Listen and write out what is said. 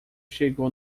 chegou